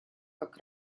как